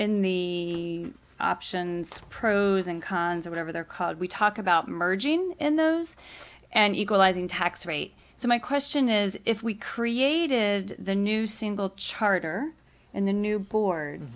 in the options pros and cons or whatever they're called we talk about merging in those and equalizing tax rate so my question is if we created the new single charter and the new board